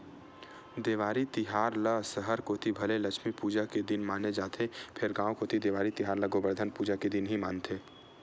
देवारी तिहार ल सहर कोती भले लक्छमी पूजा के दिन माने जाथे फेर गांव कोती देवारी तिहार ल गोबरधन पूजा के दिन ही मानथे